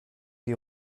die